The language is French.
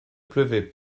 pleuvait